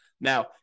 Now